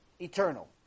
eternal